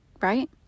right